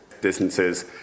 distances